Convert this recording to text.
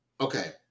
Okay